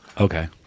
Okay